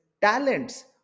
talents